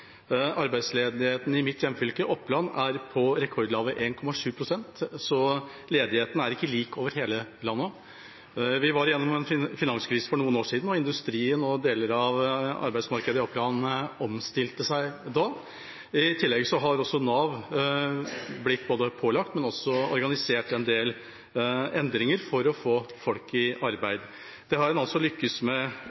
Arbeidsledigheten i mitt hjemfylke, Oppland, er på rekordlave 1,7 pst. Så ledigheten er ikke lik over hele landet. Vi var igjennom en finanskrise for noen år siden, og industrien og deler av arbeidsmarkedet i Oppland omstilte seg da. I tillegg har også Nav blitt pålagt, men har også organisert en del endringer for å få folk i